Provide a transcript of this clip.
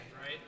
right